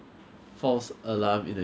一定会拿到那个钱的 then